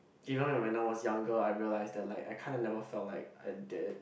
even when when I was younger I realised that like I kind of never felt like I did